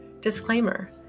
Disclaimer